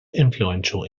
influential